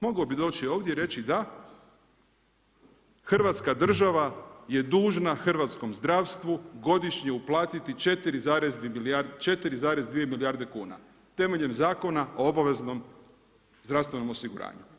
Mogao bi doći ovdje i reći da, Hrvatska država je dužna hrvatskom zdravstvu godišnje uplatiti 4,2 milijarde kuna temeljem Zakona o obaveznom zdravstvenom osiguranju.